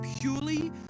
purely